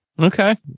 Okay